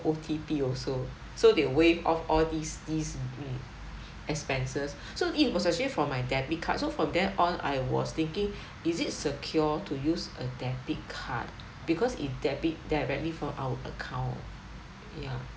O_T_P also so they waive off all these these expenses so it was actually from my debit card so from then on I was thinking is it secure to use a debit card because it debit directly from our account ya